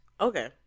okay